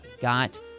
got